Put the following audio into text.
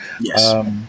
Yes